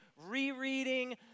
rereading